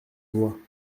voit